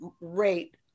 rate